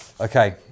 Okay